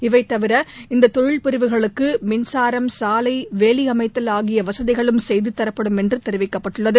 இவை தவிர இந்த தொழில் பிரிவுகளுக்கு மின்சாரம் சாலை வேலியமைத்தல் ஆகிய வசதிகளும் செய்து தரப்படும் என்று தெரிவிக்கப்பட்டுள்ளது